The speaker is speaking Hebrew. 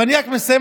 ואני מסיים,